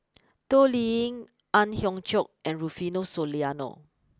Toh Liying Ang Hiong Chiok and Rufino Soliano